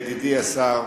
ידידי השר,